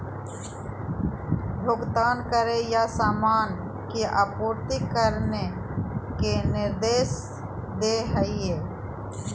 भुगतान करे या सामान की आपूर्ति करने के निर्देश दे हइ